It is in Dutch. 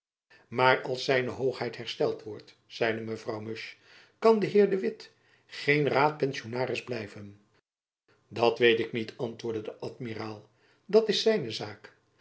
maar als zijn hoogheid hersteld wordt zeide mevrouw musch kan de heer de witt geen raadpensionaris blijven dat weet ik niet antwoordde de amiraal dat is zijne zaak